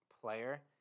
player